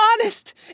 Honest